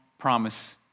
promise